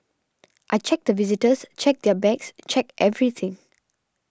I check the visitors check their bags check everything